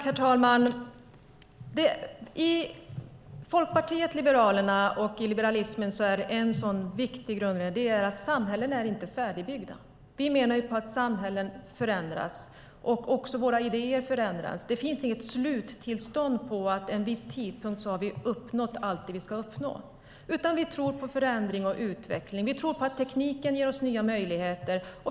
Herr talman! I Folkpartiet liberalerna och i liberalismen är en viktig grundregel att samhällen inte är färdigbyggda. Vi menar att samhällen förändras, och också våra idéer förändras. Det finns inget sluttillstånd där vi vid en viss tidpunkt skulle ha uppnått allt det vi ska uppnå. Vi tror på förändring och utveckling. Vi tror på att tekniken ger oss nya möjligheter.